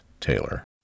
Taylor